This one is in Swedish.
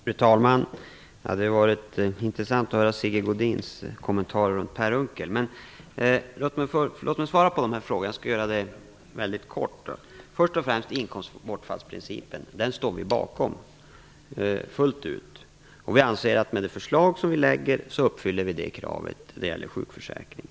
Fru talman! Det var intressant att höra Sigge Godins kommentarer om Per Unckel. Jag skall väldigt kort svara på Sigge Godins frågor. Först och främst gäller det inkomstbortfallsprincipen. Den står vi bakom fullt ut. Vi anser att med det förslag som regeringen nu lägger fram uppfyller vi det kravet när det gäller sjukförsäkringen.